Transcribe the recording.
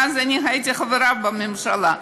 ואז הייתי חברה בממשלה,